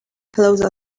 close